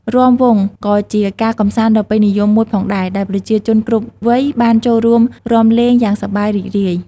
រាំវង់ ក៏ជាការកម្សាន្តដ៏ពេញនិយមមួយផងដែរ ដែលប្រជាជនគ្រប់វ័យបានចូលរួមរាំលេងយ៉ាងសប្បាយរីករាយ។